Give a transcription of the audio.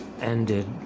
ended